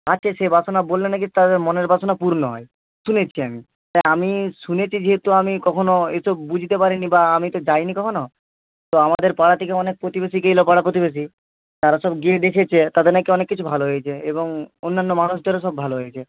আছে সে বাসনা বললে না কি তার মনের বাসনা পূর্ণ হয় শুনেছি আমি তাই আমি শুনেছি যেহেতু আমি কখনো এসব বুঝতে পারি নি বা আমি তো যায় নি কখনো তো আমাদের পাড়া থেকে অনেক প্রতিবেশী গিয়েছিল পাড়া প্রতিবেশী তারা সব গিয়ে দেখেছে তাদের না কি অনেক কিছু ভালো হয়েছে এবং অন্যান্য মানুষদেরও সব ভালো হয়েছে